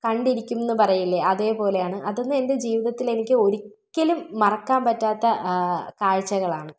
കണ്ടിരിക്കും എന്ന് പറയില്ലേ അതേപോലെയാണ് അതൊന്നും എൻ്റെ ജീവിതത്തിൽ എനിക്ക് ഒരിക്കലും മറക്കാൻ പറ്റാത്ത കാഴ്ചകളാണ്